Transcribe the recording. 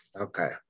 Okay